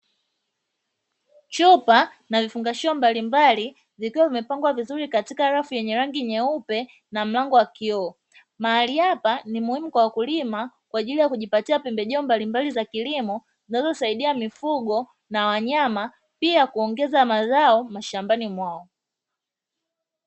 Chupa na vifungashio mbalimbali vikiwa vimepangwa vizuri katika rafu yenye rangi nyeupe na mlango wa kioo, mahali hapa ni muhimu kwa wakulima kwa ajili ya kujipatia pembejeo mbalimbali za kilimo zinazosaidia mifugo na wanyama pia kuongeza mazao mashambani mwao.